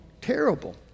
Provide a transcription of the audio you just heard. terrible